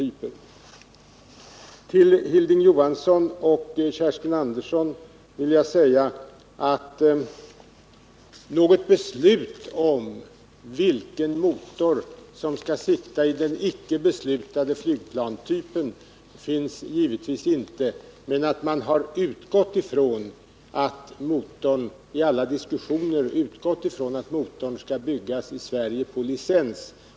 Till Hilding Johansson och Kerstin Andersson vill jag säga att något beslut om vilken motor som skall sitta i den icke beslutade flygplanstypen givetvis inte finns, men man har i alla diskussioner utgått från att motorn skall byggas i Sverige på licens.